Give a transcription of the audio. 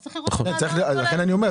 אז צריך לראות את כל --- לכן אני אומר,